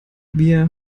wir